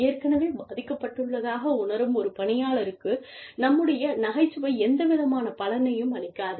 ஏற்கனவே பாதிக்கப்பட்டுள்ளதாக உணரும் ஒரு பணியாளருக்கு நம்முடைய நகைச்சுவை எந்தவிதமான பலனையும் அளிக்காது